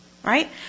Right